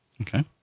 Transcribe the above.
Okay